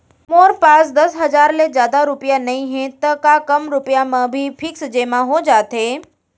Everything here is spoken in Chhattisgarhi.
मोर पास दस हजार ले जादा रुपिया नइहे त का कम रुपिया म भी फिक्स जेमा हो जाथे?